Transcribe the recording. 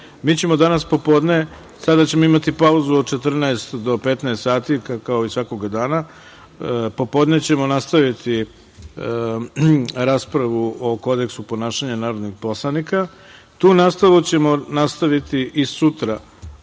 mi ćemo danas popodne, sada ćemo imati pauzu od 14 do 15 sati kao i svakoga dana, popodne ćemo nastaviti raspravu o kodeksu ponašanja narodnih poslanika. Tu raspravu ćemo nastaviti i sutra